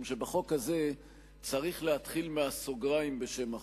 שבחוק הזה צריך להתחיל מהסוגריים בשם החוק,